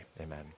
amen